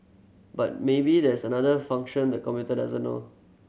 but maybe there's another function the computer doesn't know